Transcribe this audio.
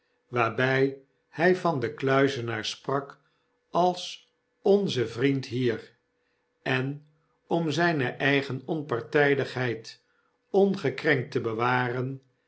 waarbg hg van den kluizenaar sprak als onze vriend hier en otn zyne eigen onpartijdigheid ongekrenkt te bewaren